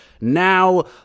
Now